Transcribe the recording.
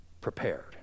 prepared